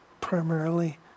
primarily